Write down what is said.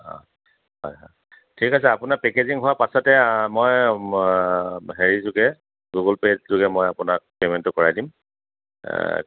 অঁ হয় হয় ঠিক আছে আপোনাৰ পেকেজিং হোৱাৰ পাছতে মই হেৰি যোগে গুগল পে' যোগে মই আপোনাক পে'মেণ্টটো কৰাই দিম